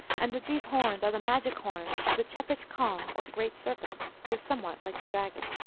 and that these horns are the magic horns of the chepitch calm, or great serpent, who is somewhat like the dragon.